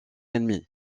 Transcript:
ennemi